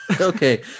Okay